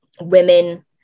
women